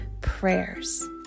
prayers